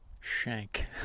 Shank